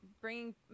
bringing